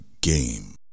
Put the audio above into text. game